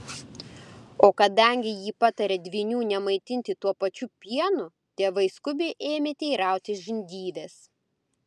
o kadangi ji patarė dvynių nemaitinti tuo pačiu pienu tėvai skubiai ėmė teirautis žindyvės